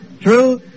True